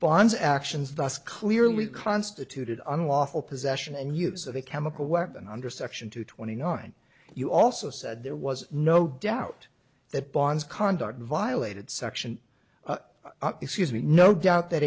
bonds actions thus clearly constituted unlawful possession and use of a chemical weapon under section two twenty nine you also said there was no doubt that bonds conduct violated section excuse me no doubt that